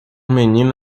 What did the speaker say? menino